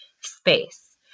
space